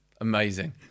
Amazing